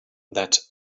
that